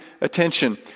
attention